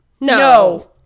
No